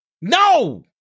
No